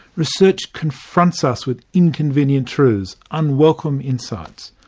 research confronts us with inconvenient truths, unwelcome insights.